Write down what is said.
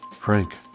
Frank